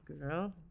girl